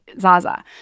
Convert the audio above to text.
zaza